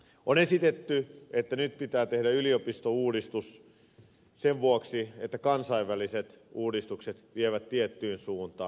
on esitetty että nyt pitää tehdä yliopistouudistus sen vuoksi että kansainväliset uudistukset vievät tiettyyn suuntaan